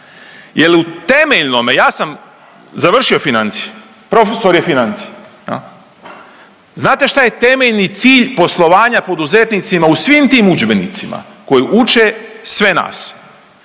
Jel u temeljnome, ja sam završio financije, profesor financija, znate šta je temeljni cilj poslovanja poduzetnicima u svim tim udžbenicima koji uče sve nas,